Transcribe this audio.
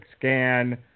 scan